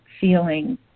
feeling